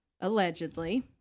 allegedly